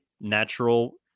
natural